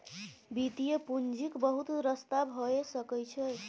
वित्तीय पूंजीक बहुत रस्ता भए सकइ छै